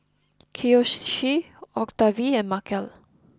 Kiyoshi Octavie and Markell